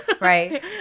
right